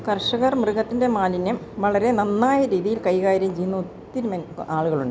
കർഷകർ മൃഗത്തിൻ്റെ മാലിന്യം വളരെ നന്നായ രീതിയിൽ കൈകാര്യം ചെയ്യുന്ന ഒത്തിരി ആളുകളുണ്ട്